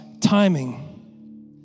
timing